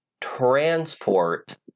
transport